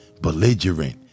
belligerent